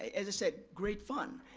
as i said, great fun.